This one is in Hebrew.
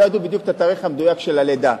לא ידעו את התאריך המדויק של הלידה.